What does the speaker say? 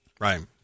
Right